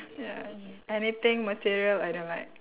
ya anything material I don't like